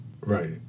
Right